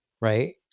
right